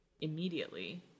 immediately